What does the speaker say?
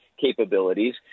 capabilities